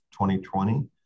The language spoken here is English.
2020